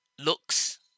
looks